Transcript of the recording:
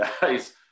guys